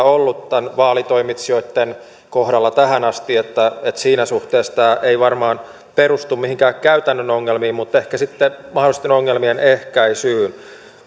ollut näiden vaalitoimitsijoiden kohdalla tähän asti siinä suhteessa tämä ei varmaan perustu mihinkään käytännön ongelmiin mutta ehkä sitten mahdollisten ongelmien ehkäisyyn